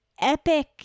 epic